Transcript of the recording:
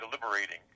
deliberating